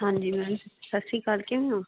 ਹਾਂਜੀ ਮੈਮ ਸਤਿ ਸ਼੍ਰੀ ਅਕਾਲ ਕਿਵੇਂ ਹੋ